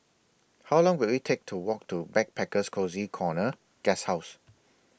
How Long Will IT Take to Walk to Backpackers Cozy Corner Guesthouse